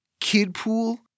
Kidpool